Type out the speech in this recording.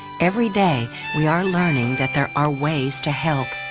every day we are learning that there are ways to help.